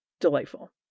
delightful